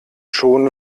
schon